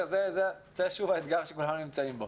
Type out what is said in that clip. זה האתגר שכולנו נמצאים בו.